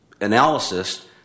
analysis